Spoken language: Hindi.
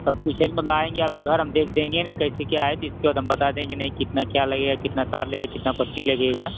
सब कुछ मतलब आएंगे न आपके घर देख देंगे न की कैसे क्या है इसके बाद हम बता देंगे की नहीं कितना क्या लगेगा कितना तार लगेगा कितना पट्टी लगेगा